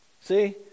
see